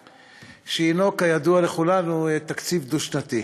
שהנו, כידוע לכולנו, תקציב דו-שנתי.